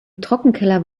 trockenkeller